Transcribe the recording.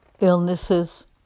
illnesses